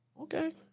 Okay